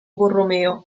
borromeo